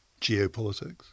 geopolitics